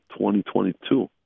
2022